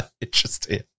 interesting